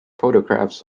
photographs